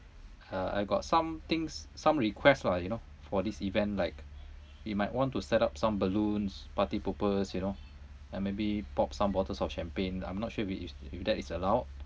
uh I got some things some request lah you know for this event like we might want to set up some balloons party poppers you know and maybe pop some bottles of champagne I'm not sure if if if that is allowed